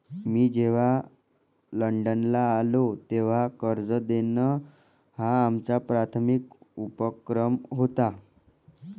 मी जेव्हा लंडनला आलो, तेव्हा कर्ज देणं हा आमचा प्राथमिक उपक्रम होता